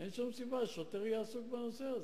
אין שום סיבה ששוטר יהיה עסוק בנושא הזה.